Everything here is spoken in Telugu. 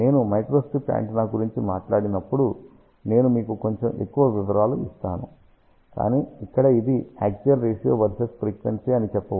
నేను మైక్రోస్ట్రిప్ యాంటెన్నా గురించి మాట్లాడినప్పుడు నేను మీకు కొంచెం ఎక్కువ వివరాలను ఇస్తాను కాని ఇక్కడ ఇది యాక్సియల్ రేషియో వర్సెస్ ఫ్రీక్వెన్సీ అని చెప్పవచ్చు